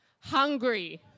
Hungry